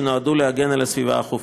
שנועדו להגן על הסביבה החופית.